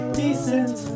decent